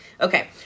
Okay